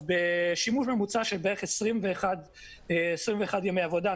בשימוש ממוצע של בערך 21 ימי עבודה,